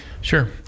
Sure